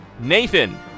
Nathan